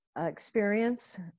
experience